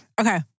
Okay